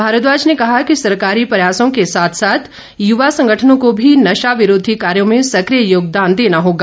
भारद्वाज ने कहा कि सरकारी प्रयासों के साथ साथ युवा संगठनों को भी नशा विरोधी कार्यों में सक्रिय सहयोग देना होगा